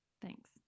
Thanks